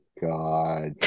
God